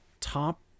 top